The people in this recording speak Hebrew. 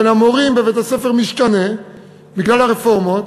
המורים בבית-הספר משתנה בגלל הרפורמות,